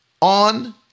on